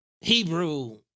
Hebrew